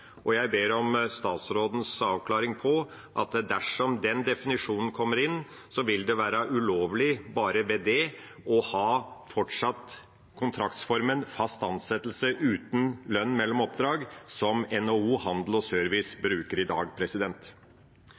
og jeg ber om statsrådens avklaring av at det, dersom den definisjonen kommer inn, vil være ulovlig bare ved det fortsatt å ha kontraktsformen «fast ansettelse uten lønn mellom oppdrag», som NHO Service og Handel bruker i dag.